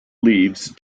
leaves